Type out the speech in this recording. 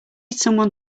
someone